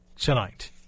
tonight